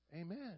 Amen